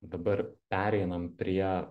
dabar pereinam prie